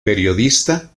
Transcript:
periodista